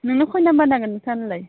नोंनो खै नाम्बार नांगोन नोथांनोलाय